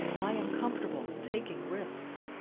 i am comfortable taking risks.